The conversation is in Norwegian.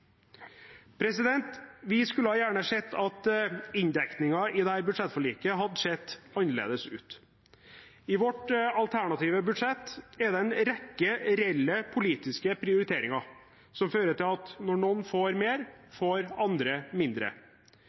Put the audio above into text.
Vi skulle gjerne sett at inndekningen i dette budsjettforliket hadde sett annerledes ut. I vårt alternative budsjett er det en rekke reelle politiske prioriteringer som fører til at når noen får mer, får andre mindre.